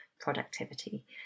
productivity